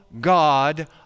God